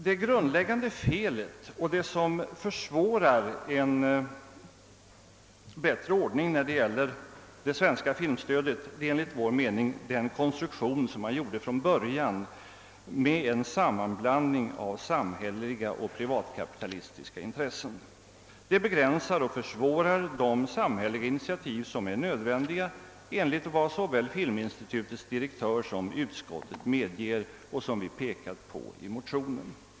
Det grundläggande felet och det som försvårar en bättre ordning när det gäller det svenska filmstödet är enligt vår mening den konstruktion som gjordes från början med en sammanblandning av samhälleliga och privatkapitalistiska intressen. Det begränsar och försvårar de samhälleliga initiativ som är nödvändiga, enligt vad såväl filminstitutets direktör som utskottet medger och som vi pekar på i motionerna.